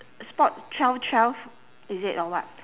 spot twelve twelve is it or what